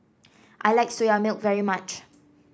I like Soya Milk very much